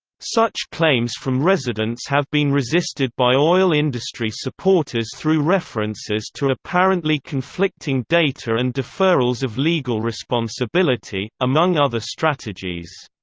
such claims from residents have been resisted by oil industry supporters through references to apparently conflicting data and deferrals of legal responsibility, among other strategies.